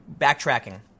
backtracking